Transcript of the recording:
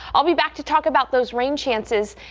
i'll be back to talk about those rain chances